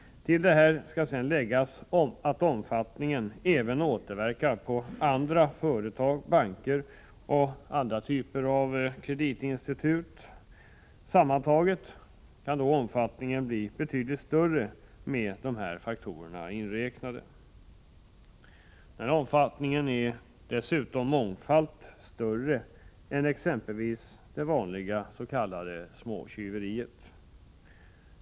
Till detta skall sedan läggas att omfattningen även återverkar på andra företag, banker och olika typer av kreditinstitut. Sammantaget kan omfattningen bli betydligt större med dessa faktorer inräknade. Omfattningen på detta område är dessutom mångdubbelt större än exempelvis omfattningen av det vanliga s.k. småtjuveriet.